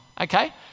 okay